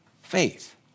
faith